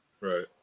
Right